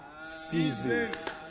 seasons